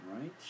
Right